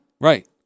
Right